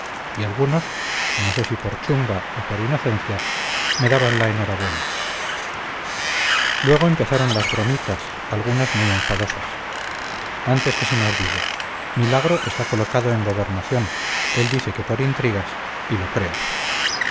y algunos no sé si por chunga o por inocencia me daban la enhorabuena luego empezaron las bromitas algunas muy enfadosas antes que se me olvide milagro está colocado en gobernación él dice que por intrigas y lo creo